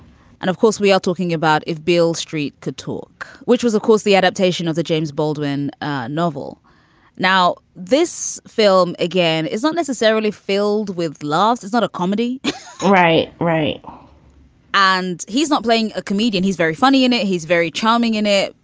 and of course, we are talking about if beale street to talk, which was, of course, the adaptation of the james baldwin novel now, this film, again, isn't necessarily filled with laughs. it's not a comedy right. right and he's not playing a comedian. he's very funny and he's very charming in it.